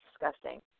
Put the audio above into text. disgusting